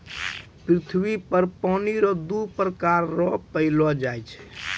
पृथ्वी पर पानी रो दु प्रकार रो पैलो जाय छै